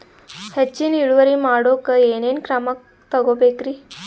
ಹೆಚ್ಚಿನ್ ಇಳುವರಿ ಮಾಡೋಕ್ ಏನ್ ಏನ್ ಕ್ರಮ ತೇಗೋಬೇಕ್ರಿ?